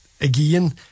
again